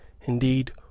indeed